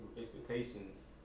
expectations